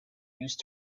used